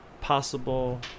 possible